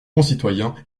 concitoyens